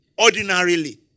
ordinarily